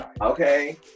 Okay